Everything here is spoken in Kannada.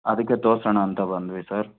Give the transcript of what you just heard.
ಅದಕ್ಕೆ ತೋರಿಸೋಣ ಅಂತ ಬಂದ್ವಿ ಸರ್